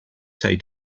say